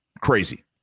Crazy